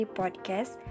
podcast